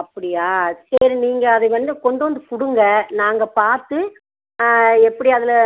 அப்படியா சரி நீங்கள் அதுக்கு வந்து கொண்டு வந்து கொடுங்க நாங்கள் பார்த்து எப்படி அதில்